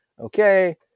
okay